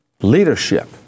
Leadership